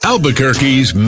Albuquerque's